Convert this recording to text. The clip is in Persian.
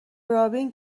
رابین